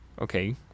okay